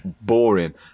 boring